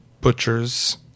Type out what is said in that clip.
butchers